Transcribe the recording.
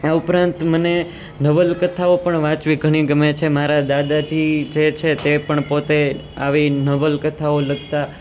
આ ઉપરાંત મને નવલકથાઓ પણ વાંચવી ઘણી ગમે છે મારા દાદાજી જે છે તે પણ પોતે આવી નવલકથાઓ લખતા